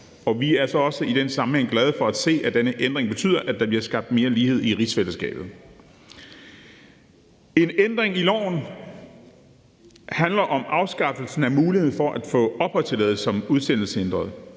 sammenhæng glade for at se, at den ændring betyder, at der bliver skabt mere lighed i rigsfællesskabet. En ændring i loven handler om afskaffelsen af muligheden for at få opholdstilladelse som udsendelseshindret.